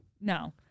No